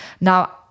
Now